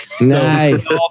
Nice